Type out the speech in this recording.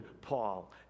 Paul